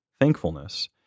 thankfulness